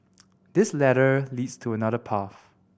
this ladder leads to another path